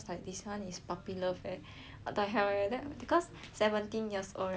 what the hell eh cause seventeen years old right to my 爸爸 is like